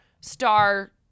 star